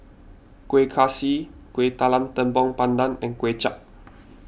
Kueh Kaswi Kuih Talam Tepong Pandan and Kuay Chap